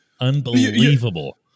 Unbelievable